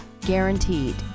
Guaranteed